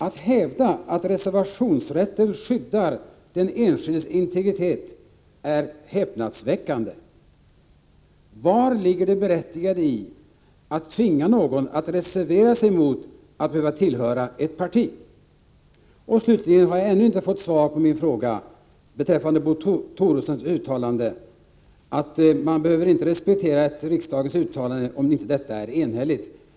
Att hävda att reservationsrätten skyddar den enskildes integritet är häpnadsväckande. Vari ligger det berättigade i att tvinga någon att reservera sig mot att behöva tillhöra ett parti? Slutligen har jag ännu inte fått svar på min fråga beträffande Bo Toressons yttrande att man inte behöver respektera ett riksdagens uttalande om detta inte är enhälligt.